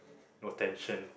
no tension